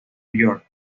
york